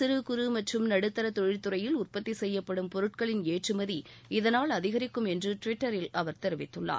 சிறு குறு மற்றும் நடுத்தா தொழில்துறையில் உற்பத்தி செய்யப்படும் பொருட்களின் ஏற்றுமதி இதனால் அதிகரிக்கும் என்று டுவிட்டரில் அவர் தெரிவித்துள்ளார்